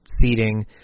seating